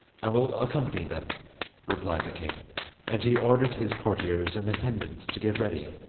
i will accompany them replied the king and he ordered his courtiers and attendants to get ready,